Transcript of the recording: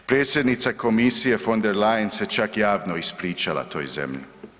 Predsjednica komisije von der Leyen se čak javno ispričala toj zemlji.